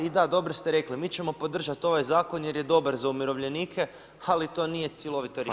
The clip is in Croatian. I da dobro ste rekli, mi ćemo podržat ovaj zakon jer je dobar za umirovljenike ali to nije cjelovito rješenje.